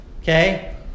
okay